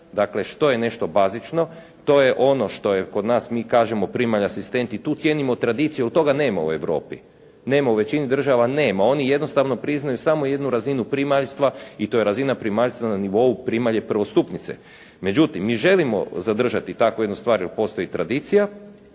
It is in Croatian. dakle što je nešto bazično? To je ono što je kod nas, mi kažemo primalja asistenti i tu cijenimo tradiciju jer toga nema u Europi. Nema u većini država, nema. Oni jednostavno priznaju samo jednu razinu primaljstva i to je razina primaljstva na nivou primalje prvostupnice. Međutim, mi želimo zadržati takvu jednu stvar jer postoji tradicija